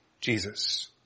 Jesus